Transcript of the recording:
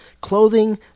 clothing